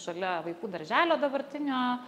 šalia vaikų darželio dabartinio